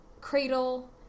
cradle